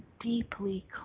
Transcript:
deeply